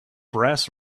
brass